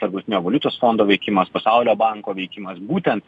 tarptautinio valiutos fondo veikimas pasaulio banko veikimas būtent